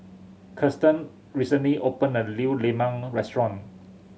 Kiersten recently opened a new lemang restaurant